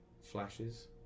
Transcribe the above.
flashes